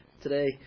today